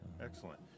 excellent